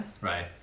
Right